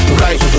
right